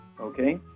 okay